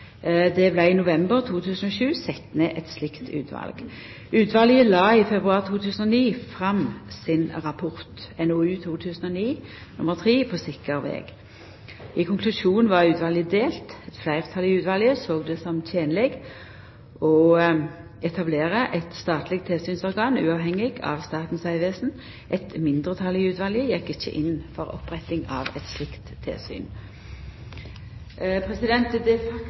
Det vart i november 2007 sett ned eit slikt utval. Utvalet la i februar 2009 fram sin rapport, NOU 2009:3 På sikker veg. I konklusjonen var utvalet delt. Eit fleirtal i utvalet såg det som tenleg å etablera eit statleg tilsynsorgan uavhengig av Statens vegvesen. Eit mindretal i utvalet gjekk ikkje inn for oppretting av eit slikt tilsyn. Det faktum at det ikkje er